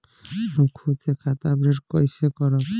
हम खुद से खाता अपडेट कइसे करब?